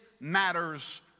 matters